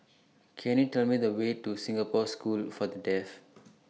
Can YOU Tell Me The Way to Singapore School For The Deaf